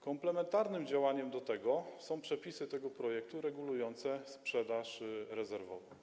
Komplementarnym działaniem są przepisy tego projektu regulujące sprzedaż rezerwową.